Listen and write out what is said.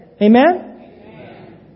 Amen